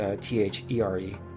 T-H-E-R-E